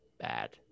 bad